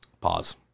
Pause